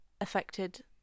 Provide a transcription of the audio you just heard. affected